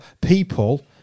people